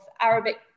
Arabic